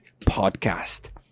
Podcast